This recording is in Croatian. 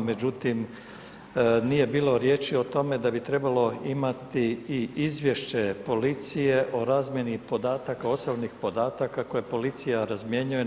Međutim, nije bilo riječi o tome da bi trebalo imati i izvješće policije o razmjeni podataka, osobnih podataka koje policija razmjenjuje